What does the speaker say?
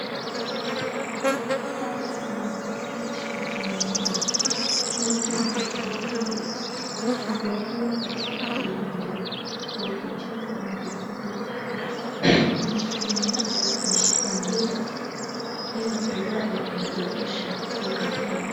Hawa ni wachezaji wa timu moja wote wamevaa sare wakiwa katika kiwanja wakicheza mchezo wao. Kuna msichana moja ameshika mpira ikiwa tayari kupeperusha kuweka goli.